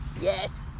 Yes